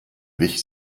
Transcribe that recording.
wich